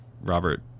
Robert